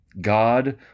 God